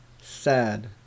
sad